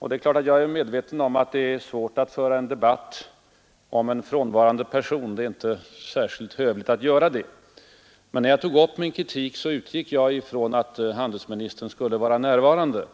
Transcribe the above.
Jag är självfallet medveten om att det är svårt att föra en debatt om en frånvarande person — det är inte särskilt hövligt att göra det — men när jag förberedde min kritik utgick jag från att handelsministern skulle vara närvarande.